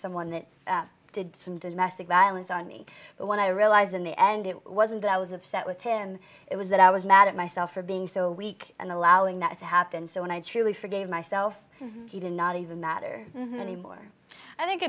someone that did some domestic violence on me but when i realized in the end it wasn't that i was upset with him it was that i was mad at myself for being so weak and allowing that to happen so when i truly forgave myself he did not even matter anymore i think